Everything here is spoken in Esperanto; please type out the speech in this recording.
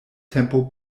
tempo